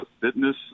fitness